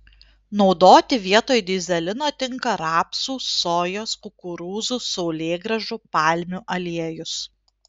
naudoti vietoj dyzelino tinka rapsų sojos kukurūzų saulėgrąžų palmių aliejus